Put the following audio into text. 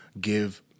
give